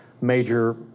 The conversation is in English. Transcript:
major